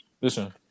listen